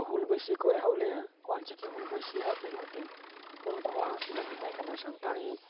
ᱥᱟᱱᱛᱟᱲ ᱠᱚ ᱦᱩᱞ ᱵᱟᱹᱭᱥᱤ ᱠᱚ ᱮᱛᱚᱦᱚᱵ ᱞᱮᱱᱟ ᱚᱞᱪᱤᱠᱤ ᱦᱩᱞ ᱵᱟᱹᱥᱭᱟᱹ ᱟᱜ ᱟᱹᱭᱩᱨ ᱛᱮ ᱩᱱᱠᱩᱣᱟᱜ